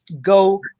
go